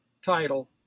title